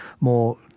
more